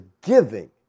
giving